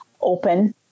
open